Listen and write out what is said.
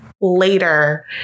later